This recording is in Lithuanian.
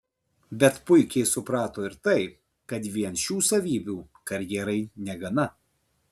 bet puikiai suprato ir tai kad vien šių savybių karjerai negana